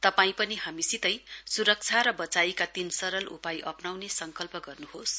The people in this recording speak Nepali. तपाईं पनि हामीसितै सुरक्षा र बचाईका तीन सरल उपाय अप्नाउने संकल्प गर्न्होस